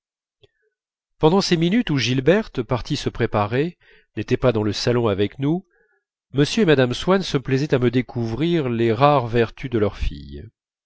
pendant ces minutes où gilberte partie se préparer n'était pas dans le salon avec nous m et mme swann se plaisaient à me découvrir les rares vertus de leur fille